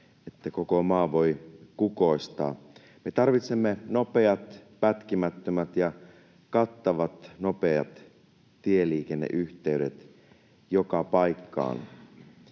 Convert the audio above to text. että koko maa voi kukoistaa. Me tarvitsemme nopeat, pätkimättömät ja kattavat tietoliikenneyhteydet joka paikkaan,